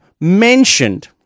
mentioned